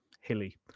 hilly